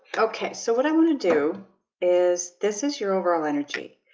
okay. so what i want to do is this is your overall energy.